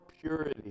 purity